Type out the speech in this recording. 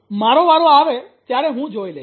મારો વારો આવે ત્યારે હું જોઈ લઈશ